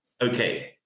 okay